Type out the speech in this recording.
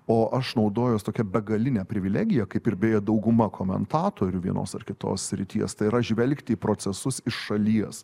o aš naudojuos tokia begaline privilegija kaip ir beje dauguma komentatorių vienos ar kitos srities tai yra žvelgti į procesus iš šalies